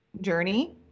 journey